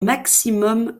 maximum